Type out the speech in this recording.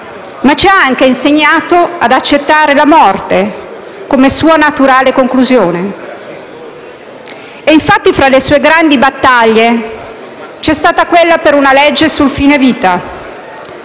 ma ci ha anche insegnato ad accettare la morte come sua naturale conclusione. E infatti, tra le sue grandi battaglie, c'è stata quella per una legge sul fine vita,